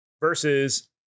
Versus